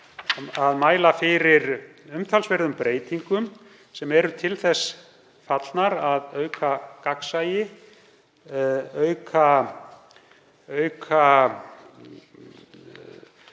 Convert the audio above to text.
að mæla fyrir umtalsverðum breytingum sem eru til þess fallnar að auka gagnsæi, auka